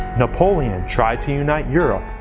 napoleon tried to unite europe,